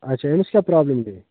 اچھا أمِس کیاہ پرابلم گٔے